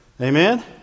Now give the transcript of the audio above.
Amen